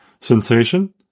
sensation